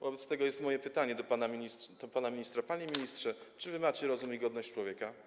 Wobec tego jest moje pytanie do pana ministra: Panie ministrze, czy wy macie rozum i godność człowieka?